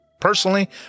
Personally